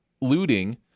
looting